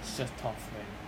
it's just tough man